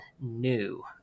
new